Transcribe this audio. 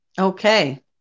Okay